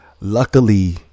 luckily